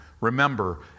remember